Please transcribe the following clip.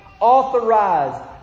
Authorized